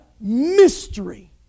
mystery